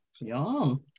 Yum